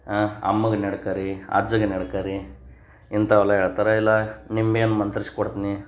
ಆಂ ಅಮ್ಮಗೆ ನಡ್ಕೋ ರೀ ಅಜ್ಜಗೆ ನಡ್ಕೋ ರೀ ಇಂಥವೆಲ್ಲ ಹೇಳ್ತಾರ್ ಇಲ್ಲ ನಿಂಬೆ ಹಣ್ ಮಂತ್ರಿಸ್ ಕೊಡ್ತೀನಿ